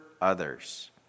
others